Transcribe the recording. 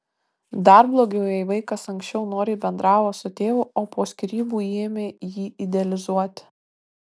dar blogiau jei vaikas anksčiau noriai bendravo su tėvu o po skyrybų ėmė jį idealizuoti